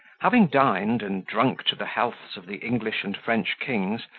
having dined, and drunk to the healths of the english and french kings,